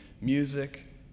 music